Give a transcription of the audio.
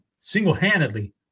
single-handedly